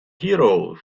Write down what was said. hero